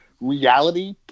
reality